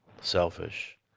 Selfish